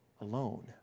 alone